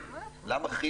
למה?